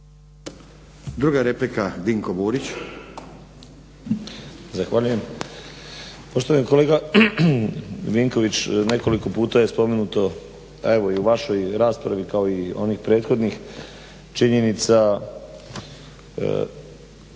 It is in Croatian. replika, Dinko Burić.